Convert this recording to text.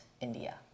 India